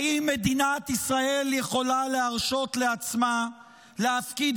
האם מדינת ישראל יכולה להרשות לעצמה להפקיד